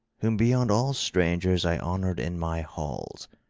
whom beyond all strangers i honoured in my halls,